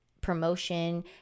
promotion